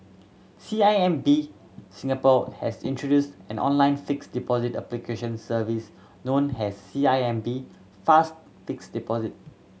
C I M B Singapore has introduced an online fixed deposit application service known as C I M B Fast Fixed Deposit